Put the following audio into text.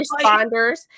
responders